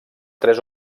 tres